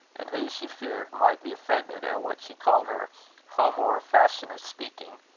and who, she feared, might be offended at what she called her hame-ower fashion of speaking.